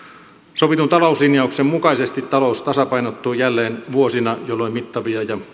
sovitun talouslinjauksen mukaisesti talous tasapainottuu jälleen vuosina jolloin mittavia ja